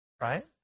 right